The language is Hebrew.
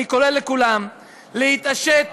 אני קורא לכולם להתעשת,